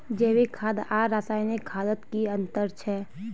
जैविक खाद आर रासायनिक खादोत की अंतर छे?